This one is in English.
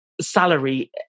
salary